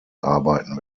arbeiten